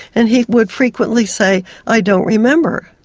and he would frequently say, i don't remember.